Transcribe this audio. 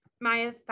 Maya